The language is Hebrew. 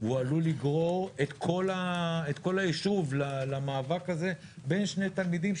והוא עלול לגרור את כל הישוב למאבק הזה בין שני תלמידים,